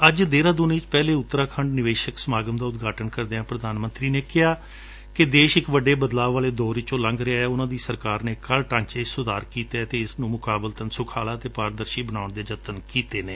ਅੱਜ ਦੇਹਰਾਦੁਨ ਵਿਚ ਪਹਿਲੇ ਉਤਰਾਖੰਡ ਨਿਵੇਸਕ ਸਮਾਗਮ ਦਾ ਉਦਘਾਟਨ ਕਰਦਿਆਂ ਪੁਧਾਨ ਮੰਤਰੀ ਨੇ ਕਿਹਾ ਕਿ ਦੇਸ਼ ਵਿਚ ਵੱਡੇ ਬਦਲਾਉ ਵਾਲੇ ਦੌਰ ਵਿਚੋਂ ਲੰਘ ਰਿਹੈ ਉਨਾਂ ਦੀ ਸਰਕਾਰ ਨੇ ਕਰ ਢਾਂਚੇ ਵਿਚ ਸੁਧਾਰ ਕੀਤੈ ਅਤੇ ਇਸ ਨੰ ਮੁਕਾਬਲਤਨ ਸੁਖਾਲਾ ਅਤੇ ਪਾਰਦਰਸ਼ੀ ਬਣਾਉਣ ਦੇ ਜਤਨ ਕੀਡੇਂ ਨੇ